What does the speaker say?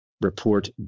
report